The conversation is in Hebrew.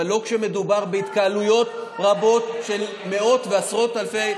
אבל לא כשמדובר בהתקהלויות רבות של מאות ועשרות אלפים,